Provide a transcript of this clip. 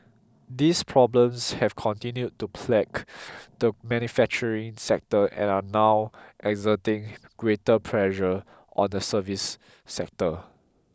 these problems have continued to plague the manufacturing sector and are now exerting greater pressure on the service sector